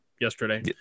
yesterday